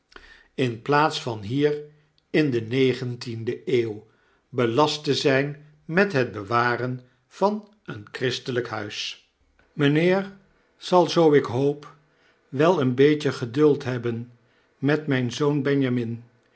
in plaats van fcier in de negentiende eeuw belast te zijn met het bewaren van een christelijk huis een huis te huur miinheer zal zoo ik hoop wel een beetje geduld hebben met mijn zoon benjamin